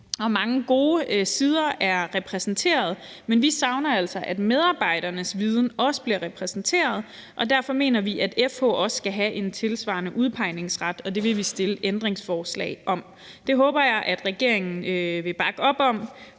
mange gode sider er repræsenteret, men vi savner altså, at medarbejdernes viden også bliver repræsenteret, og derfor mener vi, at FH også skal have en tilsvarende udpegningsret. Det vil vi stille et ændringsforslag om. Det håber jeg at regeringen vil bakke op om,